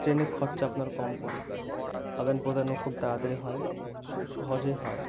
ট্রেনে খরচা আপনার কম পড়ে আদান প্রদানও খুব তাড়াতাড়ি হয় বা খুব সহজেই হয়